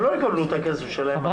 הם לא יקבלו את הכסף שלהם בחודש זה.